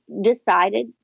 decided